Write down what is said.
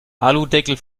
aludeckel